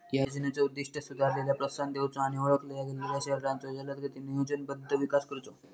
या योजनेचो उद्दिष्ट सुधारणेला प्रोत्साहन देऊचो आणि ओळखल्या गेलेल्यो शहरांचो जलदगतीने नियोजनबद्ध विकास करुचो